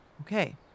Okay